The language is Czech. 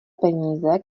peníze